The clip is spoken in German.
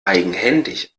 eigenhändig